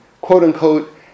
quote-unquote